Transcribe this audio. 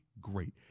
great